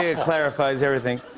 ah clarifies everything.